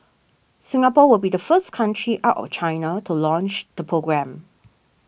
Singapore will be the first country out of China to launch the programme